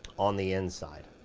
on the inside.